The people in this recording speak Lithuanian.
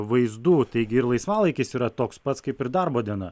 vaizdų taigi ir laisvalaikis yra toks pats kaip ir darbo diena